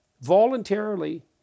voluntarily